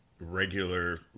regular